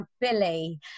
Billy